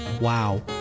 Wow